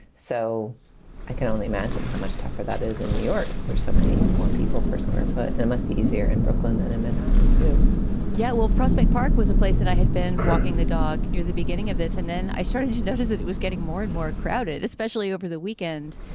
so i can only imagine how much tougher that is in new york. there's so many more people per square foot. there must be easier in brooklyn than in manhattan, too yeah, well, prospect park was a place that i had been walking the dog near the beginning of this, and then i started to notice it. it was getting more and more crowded, especially over the weekend.